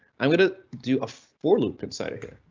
i'm going to do a four loop inside here,